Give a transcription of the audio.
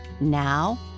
Now